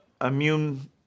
immune